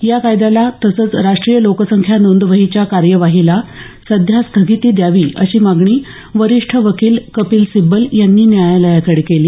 या कायद्याला तसंच राष्ट्रीय लोकसंख्या नोंदवहीच्या कार्यवाहीला सध्या स्थगिती द्यावी अशी मागणी वरिष्ठ वकील कपिल सिब्बल यांनी न्यायालयाकडे केली